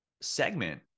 segment